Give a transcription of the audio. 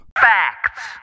Facts